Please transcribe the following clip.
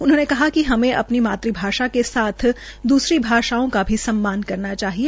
उन्होंने कहा कि हमें अपनी मातृ भाषा के साथ दूसरी भाषाओं का भी सम्मान करना चाहिए